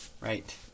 Right